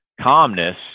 calmness